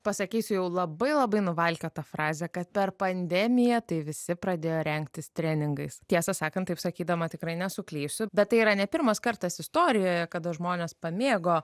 pasakysiu jau labai labai nuvalkiotą frazę kad per pandemiją tai visi pradėjo rengtis treningais tiesą sakant taip sakydama tikrai nesuklysiu bet tai yra ne pirmas kartas istorijoje kada žmonės pamėgo